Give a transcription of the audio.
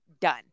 Done